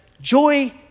joy